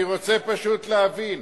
אני רוצה פשוט להבין,